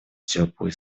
теплые